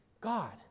God